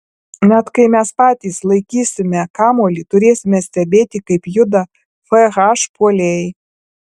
net kai mes patys laikysime kamuolį turėsime stebėti kaip juda fh puolėjai